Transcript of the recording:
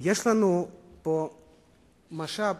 שיש לנו פה משאב